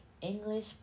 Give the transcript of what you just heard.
English